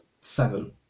Seven